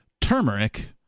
turmeric